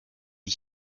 die